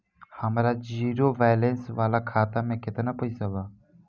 हमार zero balance वाला खाता में केतना पईसा बा?